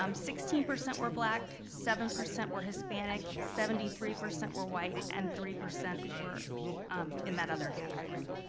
um sixteen percent were black, seven percent were hispanic, seventy three percent were white, and three percent were in that other category,